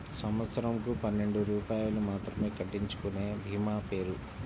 సంవత్సరంకు పన్నెండు రూపాయలు మాత్రమే కట్టించుకొనే భీమా పేరు?